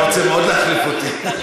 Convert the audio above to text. הוא היה רוצה מאוד להחליף אותי.